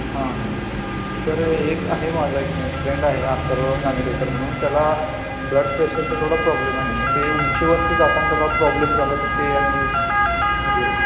हां सर एक आहे माझा एक मी फ्रेंड आहे आथर्व नानिवडेकर म्हणून त्याला ब्लडप्रेशरचा थोडा प्रॉब्लेम आहे मग ते उंचीवरती जाताना त्याला प्रॉब्लेम झाला तर ते आणि म्हणजे